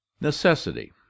necessity